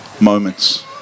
moments